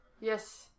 Yes